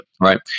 right